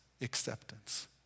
acceptance